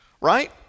right